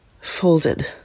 folded